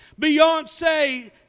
Beyonce